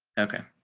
okay.